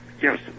Yes